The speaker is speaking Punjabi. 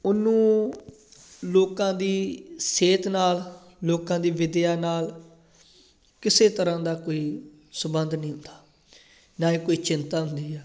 ਉਹਨੂੰ ਲੋਕਾਂ ਦੀ ਸਿਹਤ ਨਾਲ ਲੋਕਾਂ ਦੀ ਵਿੱਦਿਆ ਨਾਲ ਕਿਸੇ ਤਰ੍ਹਾਂ ਦਾ ਕੋਈ ਸਬੰਧ ਨਹੀਂ ਹੁੰਦਾ ਨਾ ਹੀ ਕੋਈ ਚਿੰਤਾ ਹੁੰਦੀ ਆ